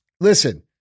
Listen